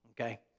Okay